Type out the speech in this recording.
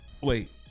Wait